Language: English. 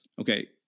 Okay